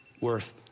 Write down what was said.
worth